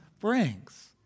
brings